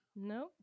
No